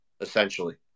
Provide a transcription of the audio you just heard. essentially